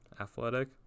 athletic